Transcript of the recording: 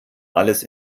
alles